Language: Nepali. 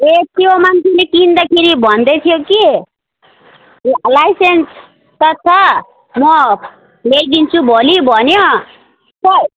ए त्यो मान्छेले किन्दाखेरि भन्दै थियो कि लाइसेन्स त छ म ल्याइदिन्छु भोलि भन्यो सर